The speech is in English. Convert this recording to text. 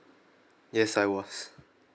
yes I was